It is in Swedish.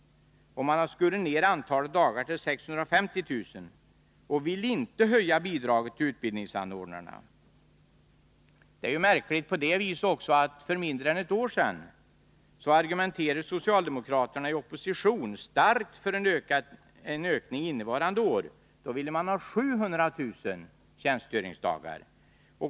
Man skär ned antalet dagar till 650 000 och vill inte höja bidraget till utbildningsanordnarna. Det är märkligt också ur den synpunkten att för mindre än ett år sedan argumenterade socialdemokraterna i opposition starkt för en ökning innevarande år till 700 000 tjänstgöringsdagar.